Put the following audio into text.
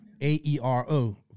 A-E-R-O